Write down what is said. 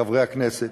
חברי הכנסת,